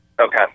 Okay